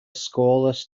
scoreless